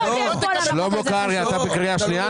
--- שלמה קרעי, אתה בקריאה שנייה.